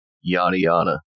yada-yada